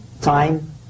time